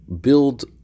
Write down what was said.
build